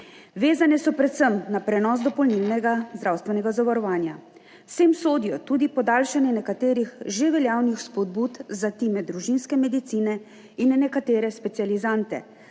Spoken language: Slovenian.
vezane so predvsem na prenos dopolnilnega zdravstvenega zavarovanja. Sem sodijo tudi podaljšanje nekaterih že veljavnih spodbud za time družinske medicine in na nekatere specializante,